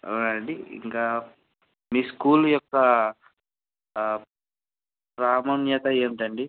అవునాండి ఇంకా మీ స్కూల్ యొక్క ప్రామణ్యత ఏంటండి